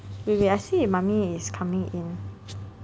okay okay I see if mummy is coming in